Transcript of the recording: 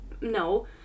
No